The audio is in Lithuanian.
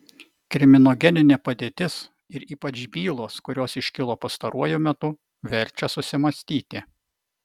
kriminogeninė padėtis ir ypač bylos kurios iškilo pastaruoju metu verčia susimąstyti